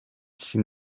she